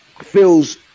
feels